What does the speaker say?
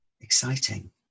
Exciting